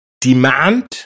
demand